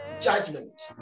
judgment